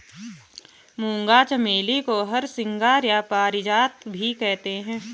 मूंगा चमेली को हरसिंगार या पारिजात भी कहते हैं